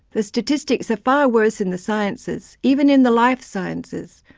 the statistics are far worse in the sciences even in the life sciences,